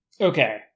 Okay